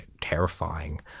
terrifying